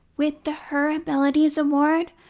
with the her abilities award,